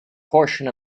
portion